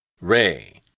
Ray